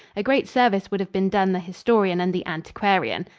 a great service would have been done the historian and the antiquarian.